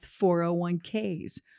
401Ks